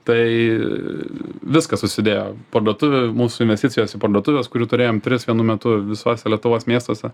tai viskas susidėjo parduotuvė mūsų investicijos į parduotuves kurių turėjom tris vienu metu visose lietuvos miestuose